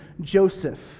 Joseph